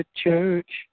church